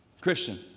Christian